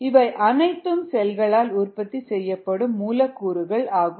இவை அனைத்தும் செல்களால் உற்பத்தி செய்யப்படும் மூலக்கூறுகள் ஆகும்